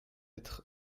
être